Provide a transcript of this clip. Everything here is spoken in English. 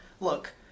look